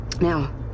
Now